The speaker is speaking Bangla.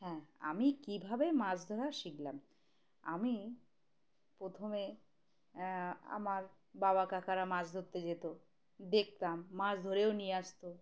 হ্যাঁ আমি কীভাবে মাছ ধরা শিখলাম আমি প্রথমে আমার বাবা কাকারা মাছ ধরতে যেত দেখতাম মাছ ধরেও নিয়ে আসতো